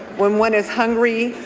when one is hungry,